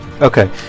Okay